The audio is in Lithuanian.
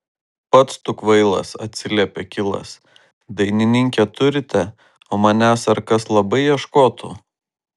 pats tu kvailas atsiliepė kilas dainininkę turite o manęs ar kas labai ieškotų